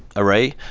array,